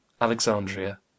Alexandria